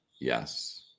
Yes